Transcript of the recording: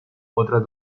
otras